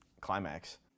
climax